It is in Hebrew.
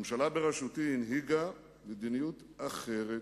הממשלה בראשותי הנהיגה מדיניות אחרת.